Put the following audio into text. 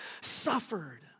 suffered